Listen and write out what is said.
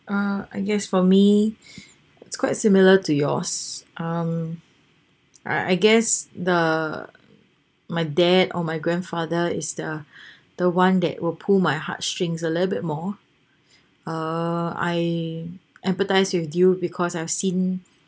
ah I guess for me it's quite similar to yours um I I guess the my dad or my grandfather is the the one that will pull my heartstrings a little more uh I empathise with you because I've seen